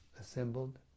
assembled